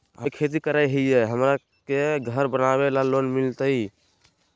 हमे खेती करई हियई, हमरा के घर बनावे ल लोन मिलतई?